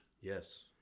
Yes